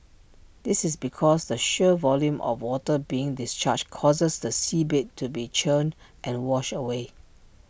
this is because the sheer volume of water being discharged causes the seabed to be churned and washed away